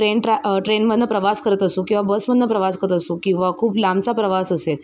train ट्र ट्रेनमधनं प्रवास करत असू किंवा बसमधनं प्रवास करत असू किंवा खूप लांबचा प्रवास असेल